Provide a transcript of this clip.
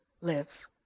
live